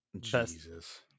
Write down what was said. Jesus